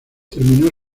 terminó